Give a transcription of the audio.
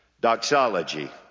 Doxology